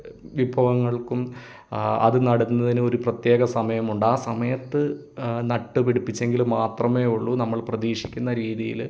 വിഭവങ്ങൾക്കും അത് നടുന്നതിനും ഒരു പ്രത്യേക സമയമുണ്ട് ആ സമയത്ത് നട്ടു പിടിപ്പിച്ചെങ്കിൽ മാത്രമേ ഉള്ളൂ നമ്മൾ പ്രതീക്ഷിക്കുന്ന രീതിയിൽ